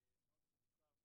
י"ג בכסלו התשע"ט,